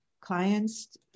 clients